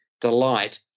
Delight